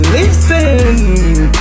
Listen